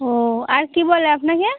ও আর কী বলে আপনাকে